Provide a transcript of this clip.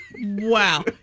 Wow